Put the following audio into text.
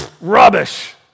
rubbish